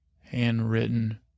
Handwritten